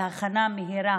בהכנה מהירה.